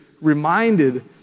reminded